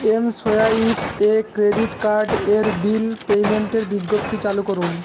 mSwipe এ credit card এর bill পেমেন্টের বিজ্ঞপ্তি চালু করুন